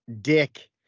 dick